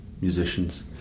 musicians